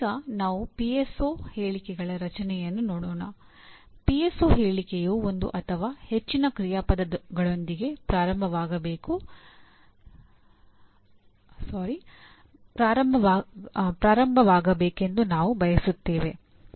ಈಗ ನಾವು ಪಿಎಸ್ಒ ಹೇಳಿಕೆಯು ಒಂದು ಅಥವಾ ಹೆಚ್ಚಿನ ಕ್ರಿಯಾಪದಗಳೊಂದಿಗೆ ಪ್ರಾರಂಭವಾಗಬೇಕೆಂದು ನಾವು ಬಯಸುತ್ತೇವೆ